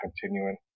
continuing